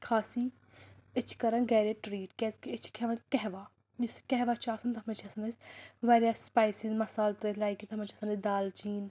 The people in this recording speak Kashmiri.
کھانٛسی أسۍ چھِ کَران گَھرے ٹریٖٹ کیازِکہِ أسۍ چھِ کھیٚوان قہوا یُس یہِ قہوا چھُ آسان تَتھ منٛز چھِ آسان اسہِ واریاہ سپایسِز مَصالہٕ ترٛٲیِتھ لایک کہِ تَتھ منٛز چھِ آسان اسہِ دالچیٖن